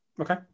Okay